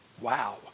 Wow